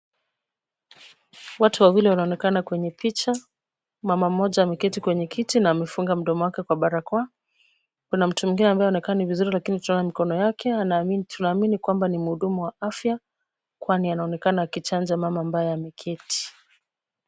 Watu wawili wanaonekana kwenye picha, mama mmoja ameketi kwenye kiti na amefunga mdomo wake kwa barakoa. Kuna mtu mwingine ambaye haoenekani vizuri lakini tunaona mikono yake tunaamini kwamba ni mhudumu wa afya kwani anaonekana akichanja mama ambaye ameketi.